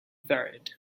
varied